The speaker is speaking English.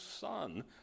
son